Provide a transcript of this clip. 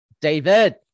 david